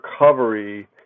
recovery